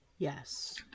Yes